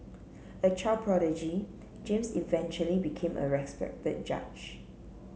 a child prodigy James eventually became a respected judge